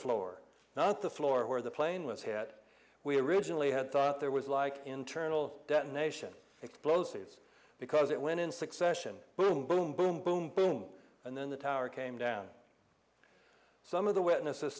floor not the floor where the plane was hit we originally had thought there was like internal detonation explosives because it went in succession boom boom boom boom boom and then the tower came down some of the witnesses